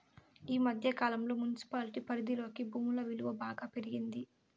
ఈ మధ్య కాలంలో మున్సిపాలిటీ పరిధిలోని భూముల విలువ బాగా పెరిగింది